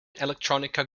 electronica